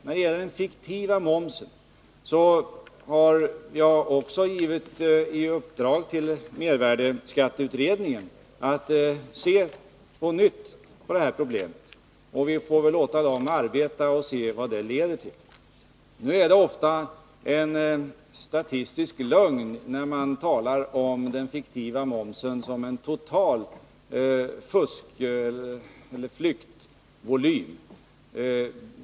Beträffande den fiktiva momsen har jag gett mervärdeskatteutredningen i uppdrag att på nytt se på det problemet. Vi får låta utredningen arbeta och se vad det leder till. Det är ofta en statistisk lögn när man talar om den fiktiva momsen som en total flyktvolym.